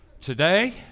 today